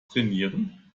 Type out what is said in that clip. trainieren